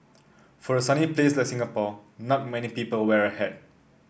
for a sunny place like Singapore not many people wear a hat